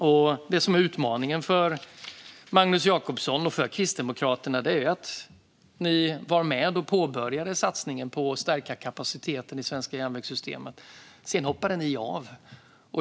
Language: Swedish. Först var Magnus Jacobsson och Kristdemokraterna med och påbörjade satsningen på att stärka kapaciteten i det svenska järnvägssystemet, men sedan hoppade de av.